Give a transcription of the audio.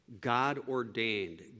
God-ordained